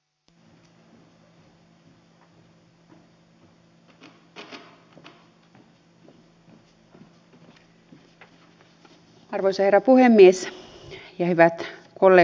arvoisa herra puhemies ja hyvät kollegat kansanedustajat